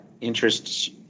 interests